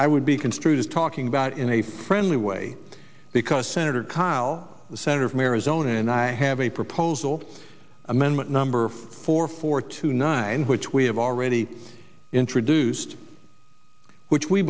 i would be construed as talking about in a friendly way because senator kyl the senator from arizona and i have a proposal amendment number four four two nine which we have already introduced which we